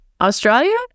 Australia